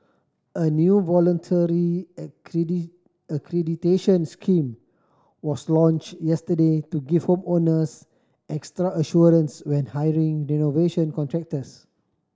a new voluntary accreditation scheme was launched yesterday to give home owners extra assurance when hiring renovation contractors